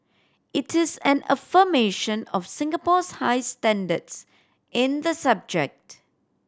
it is an affirmation of Singapore's high standards in the subject